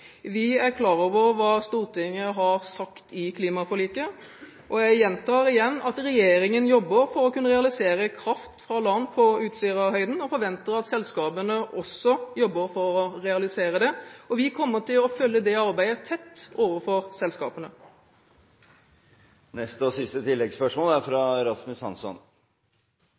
Vi er klar over hva Stortinget har sagt i klimaforliket, og jeg gjentar igjen at regjeringen jobber for å kunne realisere kraft fra land på Utsirahøyden og forventer at selskapene også jobber for å realisere det. Vi kommer til å følge det arbeidet tett overfor selskapene. Rasmus Hansson – til oppfølgingsspørsmål. Statsråden for klima og miljø svarte på spørsmålet fra